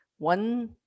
One